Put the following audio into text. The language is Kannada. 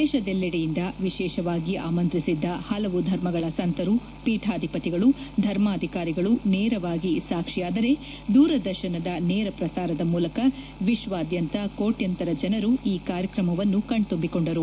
ದೇಶದೆಲ್ಲೆಡೆಯಿಂದ ವಿಶೇಷವಾಗಿ ಆಮಂತ್ರಿಸಿದ್ದ ಹಲವು ಧರ್ಮಗಳ ಸಂತರು ಪೀಠಾಧಿಪತಿಗಳು ಧರ್ಮಾಧಿಕಾರಿಗಳು ನೇರವಾಗಿ ಸಾಕ್ಷಿಯಾದರೆ ದೂರದರ್ಶನದ ನೇರ ಪ್ರಸಾರದ ಮೂಲಕ ವಿಶ್ವಾದ್ಯಂತ ಕೋಣ್ಯಾಂತರ ಜನರು ಈ ಕಾರ್ಯಕ್ರಮವನ್ನು ಕಣ್ತಂಬಿಕೊಂಡರು